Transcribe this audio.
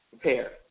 prepare